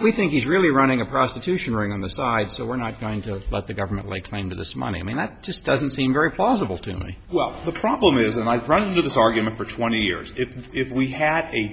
we think he's really running a prostitution ring on the side so we're not going to let the government like kind of this money i mean that just doesn't seem very plausible to me well the problem is and i've run into this argument for twenty years if we had a